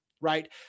right